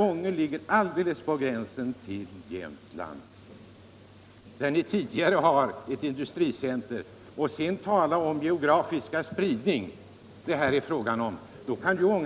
Ånge ligger alldeles på gränsen till Jämtland, där ni tidigare har en industricenteranläggning i Strömsund. När man då talar om att här åstadkomma en geografisk spridning, innebär det att Ånge